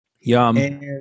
Yum